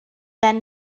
then